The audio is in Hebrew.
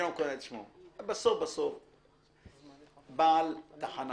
בעל תחנה